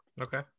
Okay